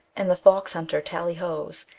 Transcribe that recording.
and the foxhunter tallyhos!